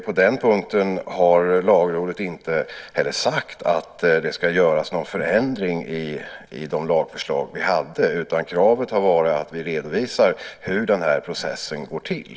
På den punkten har Lagrådet inte heller sagt att det ska göras någon förändring i de lagförslag vi hade. Kravet har varit att vi redovisar hur den här processen går till.